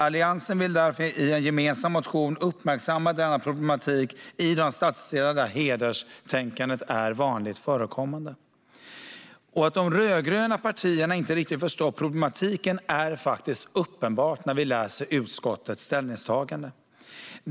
Alliansen vill därför i en gemensam motion uppmärksamma denna problematik i de stadsdelar där hederstänkandet är vanligt förekommande. Att de rödgröna partierna inte riktigt har förstått problematiken är uppenbart när man läser utskottets ställningstagande.